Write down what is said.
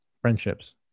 friendships